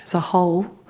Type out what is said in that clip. so whole,